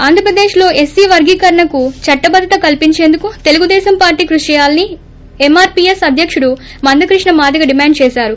ఆంధ్రప్రదేశ్లో ఎస్పీ వర్గీకరణకు చట్టబద్దత కల్పించేదుకు తెలుగుదేశం పార్టీ కృషి చేయాలని ఎమ్మార్స్ఎస్ అధ్యకుడు మందకృష్ణ మాదిగ డిమాండ్ చేశారు